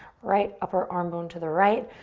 right upper arm bone to the right.